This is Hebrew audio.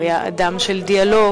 הוא היה אדם של דיאלוג,